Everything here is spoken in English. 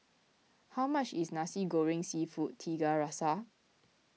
how much is Nasi Goreng Seafood Tiga Rasa